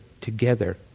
together